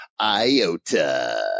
IOTA